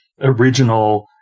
original